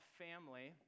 family